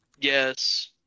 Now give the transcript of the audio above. Yes